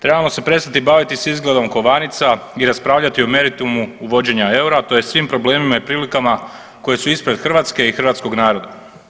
Trebamo se prestati baviti s izgledom kovanica i raspravljati o meritumu uvođenja eura tj. svim problemima i prilikama koje su ispred Hrvatske i hrvatskog naroda.